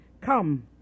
Come